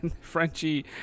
Frenchie